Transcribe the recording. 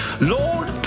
Lord